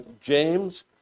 James